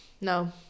No